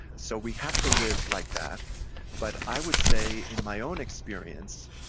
so, we have to live like that but i would say in my own experience